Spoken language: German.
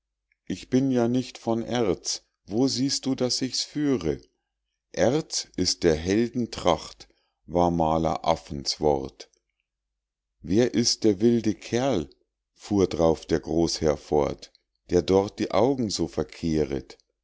ich bin ja nicht von erz wo siehst du daß ich's führe erz ist der helden tracht war maler affens wort wer ist der wilde kerl fuhr d'rauf der großherr fort der dort die augen so verkehret